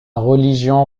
religion